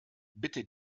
bitte